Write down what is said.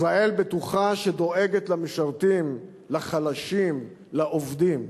ישראל בטוחה, שדואגת למשרתים, לחלשים, לעובדים.